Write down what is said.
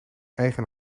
eigen